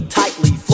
tightly